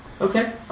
Okay